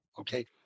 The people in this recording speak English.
Okay